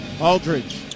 Aldridge